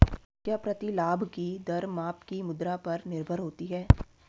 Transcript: क्या प्रतिलाभ की दर माप की मुद्रा पर निर्भर होती है?